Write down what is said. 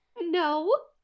No